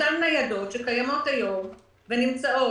אלה אותן ניידות שקיימות היום ונמצאות,